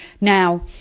now